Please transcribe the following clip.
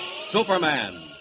Superman